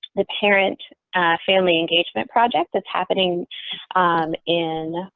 the parent family engagement project that's happening in